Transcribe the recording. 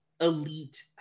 elite